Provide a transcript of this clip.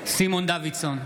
סימון דוידסון,